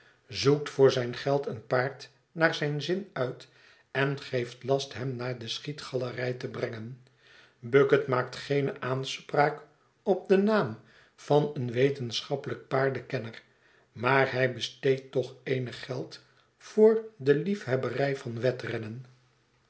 zoekt voor zijn geld een paard naar zijn zin uit en geeft last hem naar de schiet galerij te brengen bucket maakt geene aanspraak op den naam van een wetenschappelijk paardenkenner maar hij besteedt toch eenig geld voor de liefhebberij van wedrennen